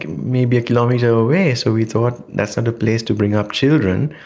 maybe a kilometre away, so we thought that's not a place to bring up children,